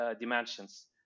dimensions